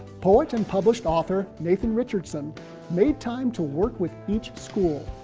poet and published author nathan richardson made time to work with each school,